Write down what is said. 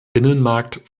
binnenmarkt